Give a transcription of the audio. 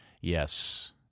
Yes